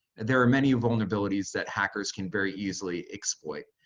there are many vulnerabilities that hackers can very easily exploit.